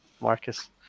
Marcus